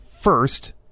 first